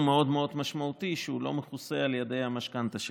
מאוד מאוד משמעותי שלא מכוסה על ידי המשכנתה שלהם.